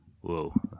whoa